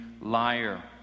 liar